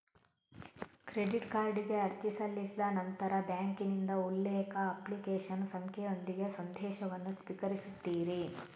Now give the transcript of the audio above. credit ಕಾರ್ಡಿಗೆ ಅರ್ಜಿ ಸಲ್ಲಿಸಿದ ನಂತರ ಬ್ಯಾಂಕಿನಿಂದ ಉಲ್ಲೇಖ, ಅಪ್ಲಿಕೇಶನ್ ಸಂಖ್ಯೆಯೊಂದಿಗೆ ಸಂದೇಶವನ್ನು ಸ್ವೀಕರಿಸುತ್ತೀರಿ